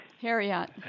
Harriet